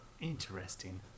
Interesting